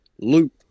loop